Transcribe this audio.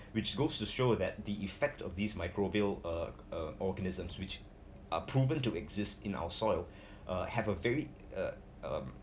which goes to show that the effect of these microbial uh uh organisms which are proven to exist in our soil uh have a very uh um